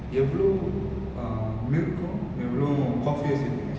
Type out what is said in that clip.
எவ்வளவு:evvalavu uh milk கும் எவ்வளவு:kum evvalavu coffee யும் சேர்த்துக்கணும்:yum serthukkanum